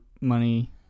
money